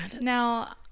now